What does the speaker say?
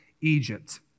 Egypt